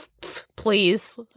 please